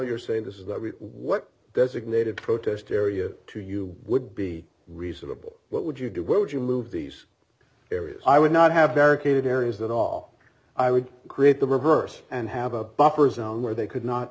you're saying this is what designated protest area to you would be reasonable what would you do where would you move these areas i would not have barricaded areas that all i would create the reverse and have a buffer zone where they could not